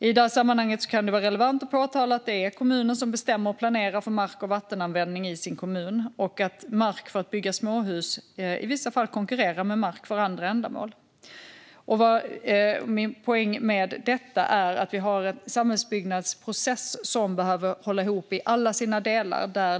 I detta sammanhang kan det vara relevant att påpeka att det är kommunen som bestämmer och planerar för mark och vattenanvändning i sin kommun och att mark för att bygga småhus i vissa fall konkurrerar med mark för andra ändamål. Min poäng med detta är att vi har en samhällsbyggnadsprocess som behöver hålla ihop i alla sina delar.